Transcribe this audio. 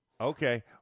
okay